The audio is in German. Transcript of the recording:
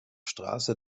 straße